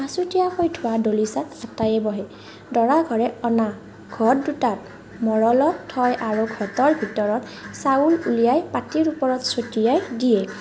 আছুতীয়াকৈ থোৱা দলিচাত আটাইয়ে বহে দৰা ঘৰে অনা ঘট দুটাক মৰলত থয় আৰু ঘটৰ ভিতৰত চাউল উলিয়াই পাটিৰ ওপৰত চটিয়াই দিয়ে